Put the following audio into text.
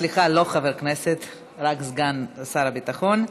סליחה, לא חבר כנסת, רק סגן שר הביטחון.